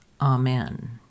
Amen